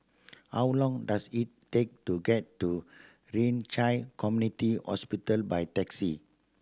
how long does it take to get to Ren Community Hospital by taxi